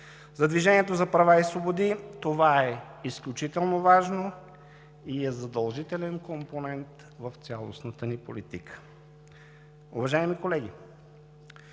За „Движението за права и свободи“ това е изключително важно и е задължителен компонент в цялостната ни политика. Уважаеми колеги,